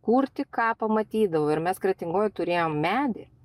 kur tik ką pamatydavo ir mes kretingoj turėjom medį